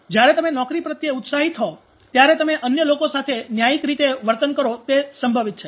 જ્યારે તમે નોકરી પ્રત્યે ઉત્સાહિત હો ત્યારે તમે અન્ય લોકો સાથે ન્યાયિક રીતે વર્તન કરો તે સંભવિત છે